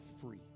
free